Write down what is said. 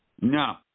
No